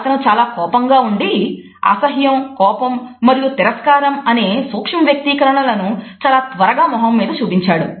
అతను చాలా కోపంగా ఉండి అసహ్యం కోపం మరియు తిరస్కారం అనే సూక్ష్మ వ్యక్తీకరణలను చాలా త్వరగా ముఖం మీద చూపించాడు